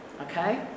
okay